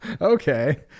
okay